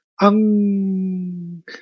ang